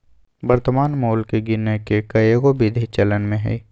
वर्तमान मोल के गीने के कएगो विधि चलन में हइ